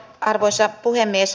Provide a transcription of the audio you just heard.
arvoisa puhemies